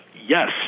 Yes